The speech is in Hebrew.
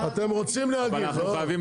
אתם רוצים נהגים.